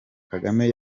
kagame